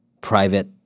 private